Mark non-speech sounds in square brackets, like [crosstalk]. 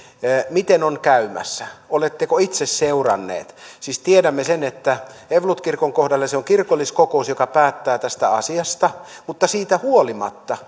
miten on käymässä oletteko itse seurannut siis tiedämme sen että evankelisluterilainen kirkon kohdalla se on kirkolliskokous joka päättää tästä asiasta mutta siitä huolimatta [unintelligible]